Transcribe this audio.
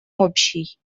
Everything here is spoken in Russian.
общий